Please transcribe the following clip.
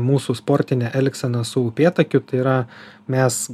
mūsų sportinę elgseną su upėtakiu tai yra mes